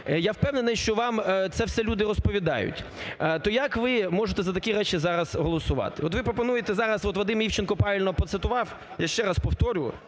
Я впевнений, що вам це все люди розповідають. То як ви можете за такі речі зараз голосувати? От ви пропонуєте зараз, от Вадим Івченко правильно процитував, я ще раз повторю,